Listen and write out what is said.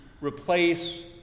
replace